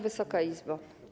Wysoka Izbo!